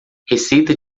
receita